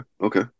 okay